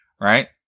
Right